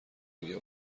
میگه